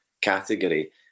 category